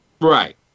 Right